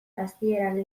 hasieran